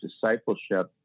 discipleship